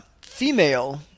female